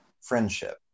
friendship